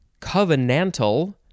covenantal